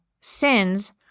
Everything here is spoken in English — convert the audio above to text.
sins